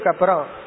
kapra